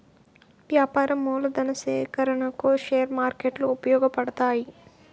వ్యాపార మూలధన సేకరణకు షేర్ మార్కెట్లు ఉపయోగపడతాయి